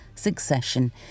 succession